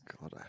God